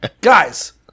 Guys